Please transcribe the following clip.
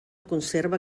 conserva